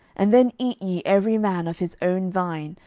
and then eat ye every man of his own vine,